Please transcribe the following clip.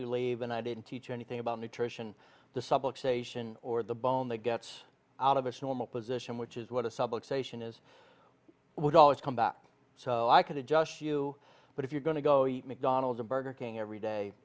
you leave and i didn't teach anything about nutrition the subway station or the bone that gets out of us normal position which is what a subway station is i would always come back so i could adjust you but if you're going to go eat mcdonald's or burger king every day